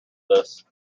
this